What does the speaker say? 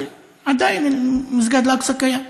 אבל עדיין מסגד אל-אקצא קיים.